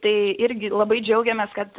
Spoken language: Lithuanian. tai irgi labai džiaugiamės kad